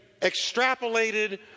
extrapolated